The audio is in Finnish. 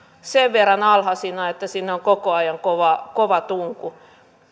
sen verran alhaisina että sinne on koko ajan kova tunku